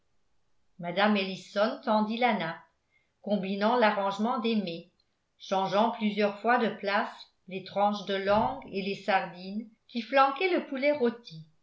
ellison tendit la nappe combinant l'arrangement des mets changeant plusieurs fois de place les tranches de langue et les sardines qui flanquaient le poulet rôti